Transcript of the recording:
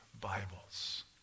Bibles